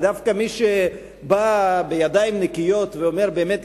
ודווקא מי שבא בידיים נקיות ואומר: באמת,